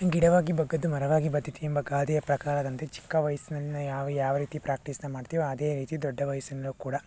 ಗಿಡವಾಗಿ ಬಗ್ಗದ್ದು ಮರವಾಗಿ ಬಗ್ಗಿತೆ ಎಂಬ ಗಾದೆಯ ಪ್ರಕಾರದಂತೆ ಚಿಕ್ಕ ವಯಸ್ಸಿನಲ್ಲಿ ನಾವು ಯಾವ ರೀತಿ ಪ್ರಾಕ್ಟೀಸ್ನ ಮಾಡ್ತೀವೋ ಅದೇ ರೀತಿ ದೊಡ್ಡ ವಯಸ್ಸಿನಲ್ಲೂ ಕೂಡ